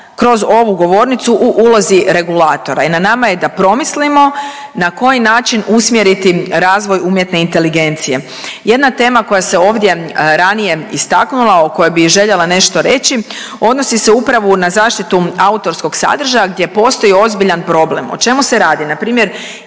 kroz ovu govornicu u ulozi regulatora i na nama je da promislimo na koji način usmjeriti razvoj umjetne inteligencije. Jedna tema koja se ovdje ranije istaknula o kojoj bi željela nešto reći odnosi se upravo na zaštitu autorskog sadržaja gdje postoji ozbiljan problem. O čemu se radi?